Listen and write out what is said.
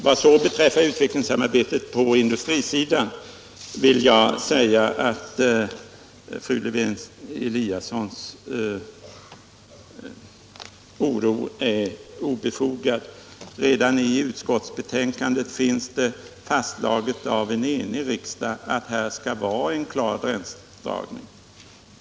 Vad beträffar utvecklingssamarbetet på industrisidan är fru Lewén Eliassons oro obefogad. Redan i utskottsbetänkandet finns det fastslaget att en enig riksdag har uttalat att det här skall vara en klar gränsdragning.